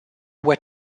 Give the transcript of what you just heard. were